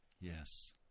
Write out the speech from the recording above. Yes